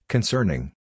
Concerning